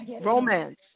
Romance